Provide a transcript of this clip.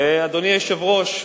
אדוני היושב-ראש,